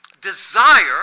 desire